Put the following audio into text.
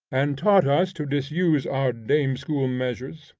and taught us to disuse our dame-school measures,